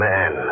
Man